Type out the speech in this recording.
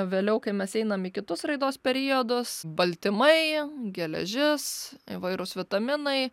vėliau kai mes einam į kitus raidos periodus baltymai geležis įvairūs vitaminai